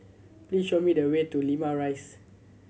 please show me the way to Limau Rise